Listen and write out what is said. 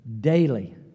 daily